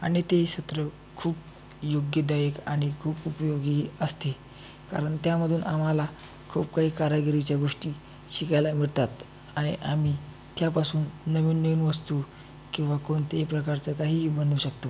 आणि ते सत्र खूप योग्यदायक आणि खूप उपयोगी असते कारण त्यामधून आम्हाला खूप काही कारागिरीच्या गोष्टी शिकायला मिळतात आणि आम्ही त्यापासून नवीन नवीन वस्तू किंवा कोणत्याही प्रकारचं काहीही बनवू शकतो